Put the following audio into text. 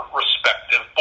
respective